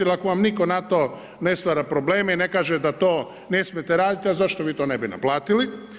Jer ako vam nitko na to ne stvara probleme i ne kaže da to ne smijete raditi, a zašto vi to ne bi naplatili.